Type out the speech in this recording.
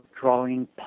drawing